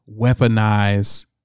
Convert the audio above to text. weaponize